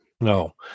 No